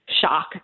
shock